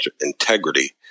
integrity